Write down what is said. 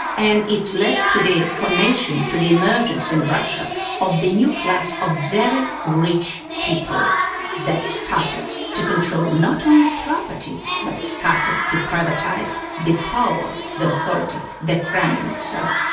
and it led to the formation, to the emergence in russia of the new class of very rich people that started to control not only property but started to privatise the power, the authority, the kremlin itself.